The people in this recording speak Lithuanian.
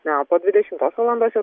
na o po dvidešimtos valandos jau